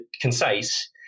concise